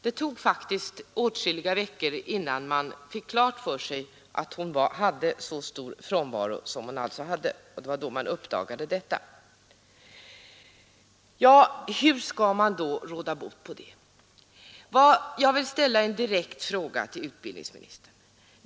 Det tog åtskilliga veckor innan man fick klart för sig att hon hade så stor frånvaro som hon alltså hade, och det var då man uppdagade detta. Hur skall man då råda bot på skolvägran? Jag vill ställa en direkt fråga till utbildningsministern.